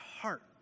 heart